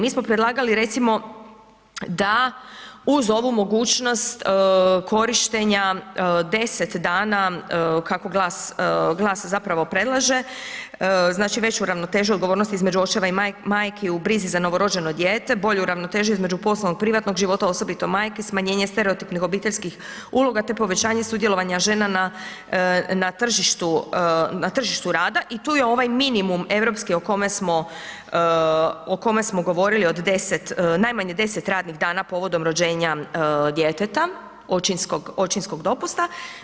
Mi smo predlagali recimo da uz ovu mogućnost korištenja 10 dana, kako GLAS, GLAS zapravo predlaže, znači veću ravnotežu odgovornosti između očeva i majki u brizi za novorođeno dijete, bolju ravnotežu između poslovnog i privatnog života, osobito majke, smanjenje stereotipnih obiteljskih uloga, te povećanje sudjelovanja žena na, na tržištu, na tržištu rada i tu je ovaj minimum europski o kome smo, o kome smo govorili od 10, najmanje 10 radnih dana povodom rođenja djeteta, očinskog, očinskog dopusta.